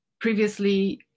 previously